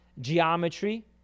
geometry